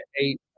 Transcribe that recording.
eight